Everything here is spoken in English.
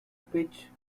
pitch